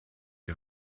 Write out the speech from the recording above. die